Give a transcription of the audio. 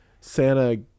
Santa